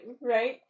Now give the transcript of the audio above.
right